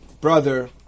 brother